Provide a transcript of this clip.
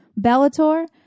Bellator